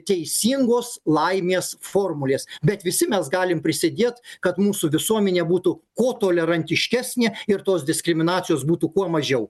teisingos laimės formulės bet visi mes galim prisidėt kad mūsų visuomenė būtų kuo tolerantiškesnė ir tos diskriminacijos būtų kuo mažiau